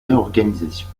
réorganisation